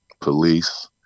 police